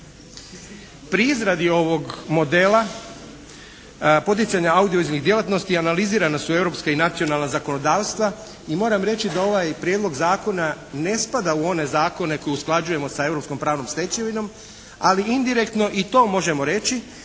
Pri izradi ovog modela, poticanja audiovizualnih djelatnosti analizirana su europska i nacionalna zakonodavstva i moram reći da ovaj prijedlog zakona ne spada u one zakone koje usklađujemo sa europskom pravnom stečevinom ali indirektno i to možemo reći